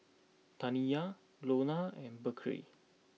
Zaniyah Lonna and Berkley